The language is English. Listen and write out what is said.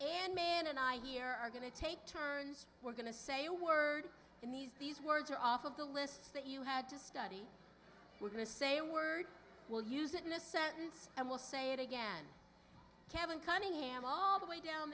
and man and i here are going to take turns we're going to say a word in these these words are off of the list that you had to study we're going to say a word we'll use it in a sentence and we'll say it again kevin cunningham all the way down